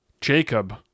Jacob